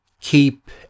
Keep